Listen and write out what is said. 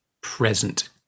present